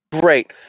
Great